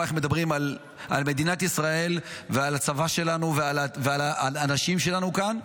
איך מדברים על מדינת ישראל ועל הצבא שלנו ועל האנשים שלנו כאן,